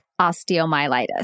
osteomyelitis